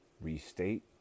restate